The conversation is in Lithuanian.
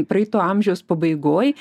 praeito amžiaus pabaigoj